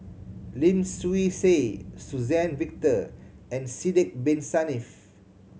Lim Swee Say Suzann Victor and Sidek Bin Saniff